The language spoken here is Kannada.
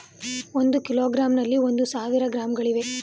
ಒಂದು ಕಿಲೋಗ್ರಾಂನಲ್ಲಿ ಒಂದು ಸಾವಿರ ಗ್ರಾಂಗಳಿವೆ